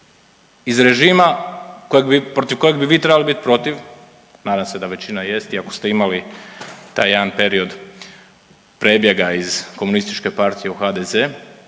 iz režima kojeg, protiv kojeg bi vi trebali protiv, nadam se da većina jest iako ste imali taj jedan period prebjega iz komunističke partije u HDZ,